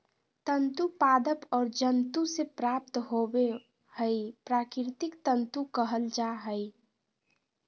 तंतु पादप और जंतु से प्राप्त होबो हइ प्राकृतिक तंतु कहल जा हइ